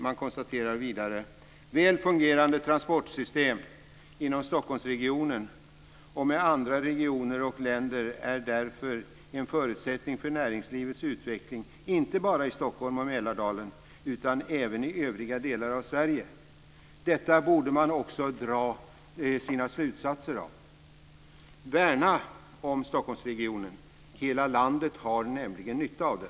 Man konstaterar vidare: "Väl fungerande transporter inom Stockholmsregionen och med andra regioner och länder är därför en förutsättning för näringslivets utveckling inte bara i Stockholm och Mälardalen utan även i övriga delar av Sverige." Detta borde man också dra sina slutsatser av. Värna om Stockholmsregionen! Hela landet har nämligen nytta av det.